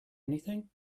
anything